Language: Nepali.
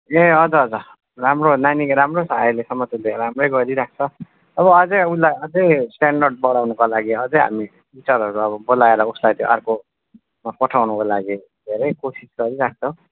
ए हजुर हजुर राम्रो नानीको राम्रो छ अहिलेसम्म त धेरै राम्रै गरिरहेछ अब अझै उसलाई अब अझै स्टान्डर्ड बढाउनुको लागि अझै हामी टिचरहरू अब बोलाएर उसलाई त्यो अर्कोमा पठाउनुको लागि धेरै कोसिस गरिरहेको छौँ